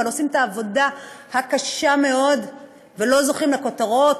אבל עושים את העבודה הקשה מאוד ולא זוכים לכותרות,